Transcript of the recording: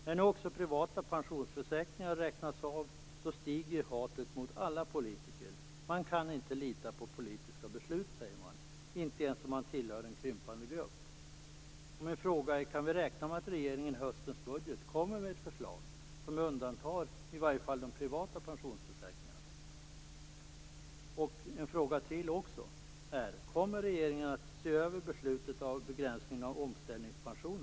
När nu också privata pensionsförsäkringar räknas med stiger hatet mot alla politiker. Man säger att man inte kan lita på politiska beslut, inte ens om man tillhör en krympande grupp. Kan vi räkna med att regeringen i höstens budget kommer med ett förslag som innebär att i varje fall de privata pensionsförsäkringarna undantas? Kommer regeringen att se över beslutet om begränsningen av omställningspensionen?